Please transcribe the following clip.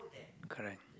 correct